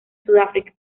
sudáfrica